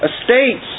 estates